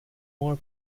more